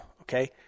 okay